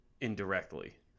indirectly